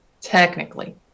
technically